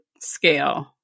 scale